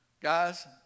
Guys